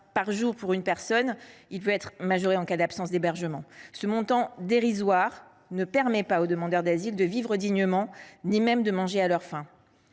par jour pour une personne et il peut être majoré en cas d’absence d’hébergement. Ce montant dérisoire ne permet pas aux demandeurs d’asile de vivre dignement, ni même de manger à leur faim.